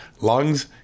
lungs